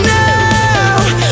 now